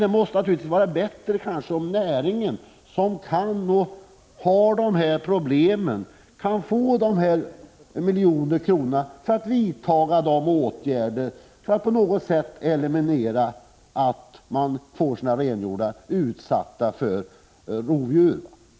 Det måste vara bättre om näringen, som har problemen och känner till dem, kan få de här miljonerna till att vidta åtgärder för att förhindra att renhjordarna blir utsatta för rovdjur.